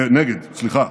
נגד, סליחה.